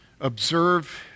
observe